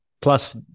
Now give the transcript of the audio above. Plus